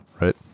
right